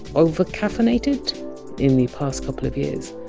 overcaffeinated in the past couple of years,